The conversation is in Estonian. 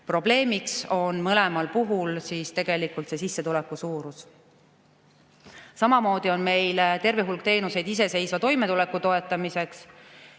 Probleemiks on mõlemal puhul tegelikult sissetuleku suurus. Samamoodi on meil terve hulk teenuseid iseseisva toimetuleku toetamiseks